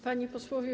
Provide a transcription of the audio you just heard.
Panowie Posłowie!